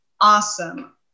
awesome